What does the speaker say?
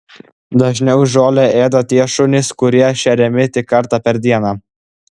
dažniau žolę ėda tie šunys kurie šeriami tik kartą per dieną